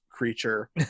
creature